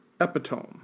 epitome